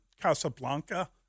Casablanca